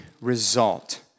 result